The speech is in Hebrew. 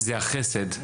זה החסד,